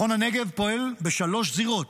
מכון הנגב פועל בשלוש זירות: